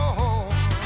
home